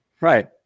right